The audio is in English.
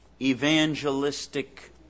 evangelistic